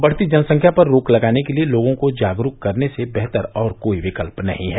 बढ़ती जनसंख्या पर रोक लगाने के लिये लोगों को जागरूक करने से बेहतर कोई और विकल्प नही है